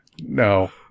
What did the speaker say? No